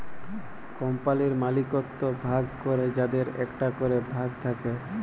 কম্পালির মালিকত্ব ভাগ ক্যরে যাদের একটা ক্যরে ভাগ থাক্যে